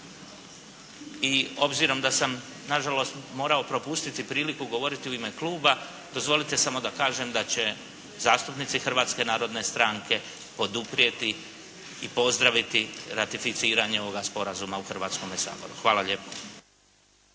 I obzirom da sam nažalost mora propustiti priliku govoriti u ime kluba, dozvolite samo da kažem da će zastupnici Hrvatske narodne stranke poduprijeti i pozdraviti ratificiranje ovoga sporazuma u Hrvatskome saboru. Hvala lijepo.